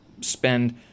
spend